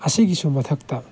ꯑꯁꯤꯒꯤꯁꯨ ꯃꯊꯛꯇ